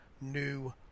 new